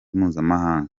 mpuzamahanga